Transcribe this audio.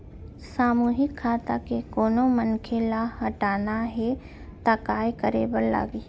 सामूहिक खाता के कोनो मनखे ला हटाना हे ता काय करे बर लागही?